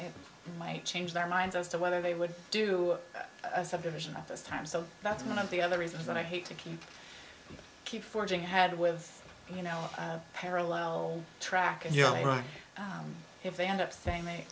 it might change their minds as to whether they would do a subdivision at this time so that's one of the other reasons and i hate to keep keep forging had with you know parallel track and you know if they end up thinking they